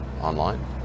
online